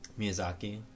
miyazaki